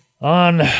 on